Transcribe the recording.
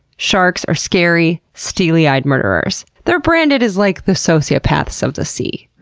sharks are scary, steely-eyed murderers. they're branded as, like, the sociopaths of the sea.